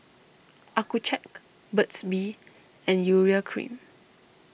Accucheck Burt's Bee and Urea Cream